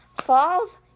falls